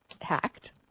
hacked